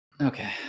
Okay